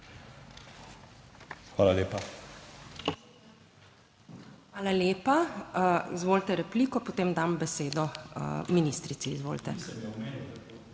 ZUPANČIČ: Hvala lepa. Izvolite repliko, potem dam besedo ministrici. Izvolite.